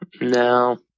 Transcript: No